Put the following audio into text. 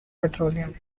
petroleum